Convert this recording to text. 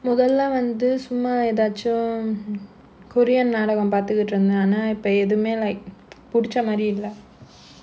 முதல்ல வந்து சும்மா எதாச்சும்:muthalla vandhu summa edhaachum korean நாடகம் பாத்துகிட்டு இருந்தேன் ஆனா இப்ப எதுமே:naadagam paathukittu irundhaen aanaa ippa edhumae like பிடிச்ச மாறி இல்ல:pidicha maari illa